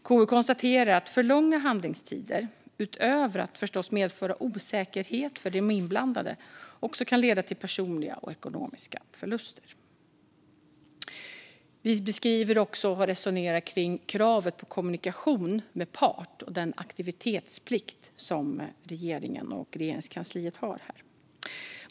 KU konstaterar att alltför långa handläggningstider utöver att förstås medföra osäkerhet för de inblandade också kan leda till personliga och ekonomiska förluster. Vi beskriver också och resonerar kring kravet på kommunikation med part och den aktivitetsplikt som regeringen och Regeringskansliet har här.